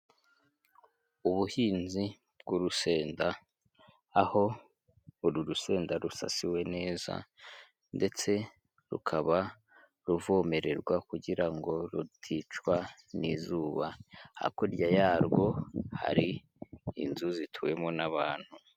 Ubuhinzi bw'urusenda aho uru rusenda rusasiwe neza ndetse rukaba ruvomererwa kugira ngo ruticwa n'izuba, hakurya yarwo hari inzu zituwemo n'abantu.